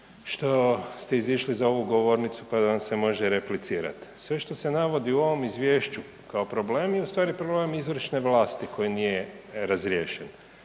što ste izišli za ovu govornicu pa da vam se može replicirati. Sve što se navodi u ovome izvješću kao problem je ustvari problem izvršne vlasti koji nije razriješen,